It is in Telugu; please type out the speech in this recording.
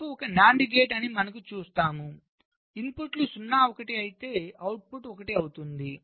F ఒక NAND గేట్ అని మనము చూస్తాము ఇన్పుట్లు 0 1 అయితే అవుట్పుట్ 1 అవుతుంది